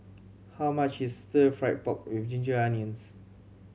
how much is Stir Fry pork with ginger onions